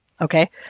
Okay